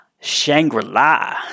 Shangri-La